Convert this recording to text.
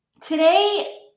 Today